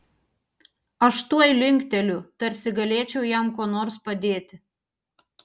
aš tuoj linkteliu tarsi galėčiau jam kuo nors padėti